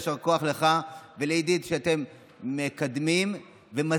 יישר כוח לך ולעידית שאתם מקדמים ומסדירים